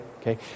okay